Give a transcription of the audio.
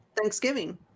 thanksgiving